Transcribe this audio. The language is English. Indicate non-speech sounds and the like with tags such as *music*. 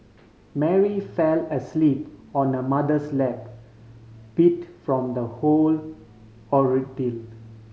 Mary fell asleep on her mother's lap beat from the whole *unintelligible*